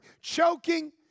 choking